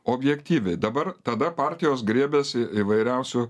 objektyviai dabar tada partijos griebiasi įvairiausių